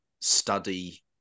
study